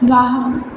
वाह